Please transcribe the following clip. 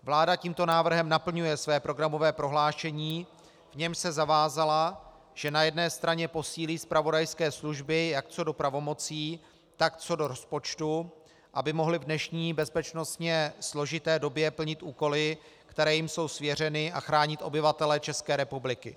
Vláda tímto návrhem naplňuje své programové prohlášení, v němž se zavázala, že na jedné straně posílí zpravodajské služby jak co do pravomocí, tak co do rozpočtu, aby mohly v dnešní bezpečnostně složité době plnit úkoly, které jim jsou svěřeny, a chránit obyvatele České republiky.